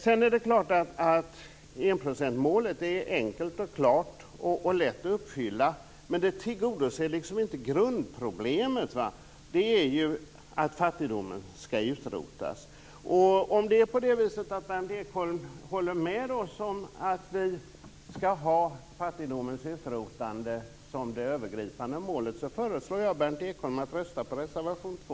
Det är klart att enprocentsmålet är enkelt och klart och lätt att uppfylla, men det tillgodoser liksom inte grundproblemet, nämligen att fattigdomen skall utrotas. Om Berndt Ekholm håller med oss om att fattigdomens utrotande skall vara det övergripande målet, föreslår att jag Berndt Ekholm röstar på reservation 2.